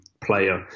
player